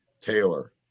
taylor